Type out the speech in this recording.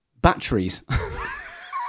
Batteries